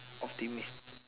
optimistic